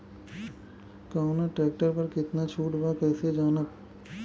कवना ट्रेक्टर पर कितना छूट बा कैसे जानब?